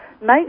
make